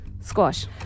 Squash